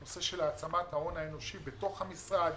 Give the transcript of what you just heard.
נושא של העצמת ההון האנושי בתוך המשרד,